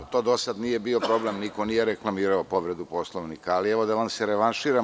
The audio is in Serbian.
To do sada nije bio problem, niko nije reklamirao povredu Poslovnika, ali evo da vam se revanširam.